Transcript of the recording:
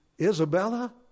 Isabella